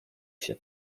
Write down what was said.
się